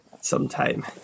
sometime